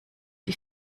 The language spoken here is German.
die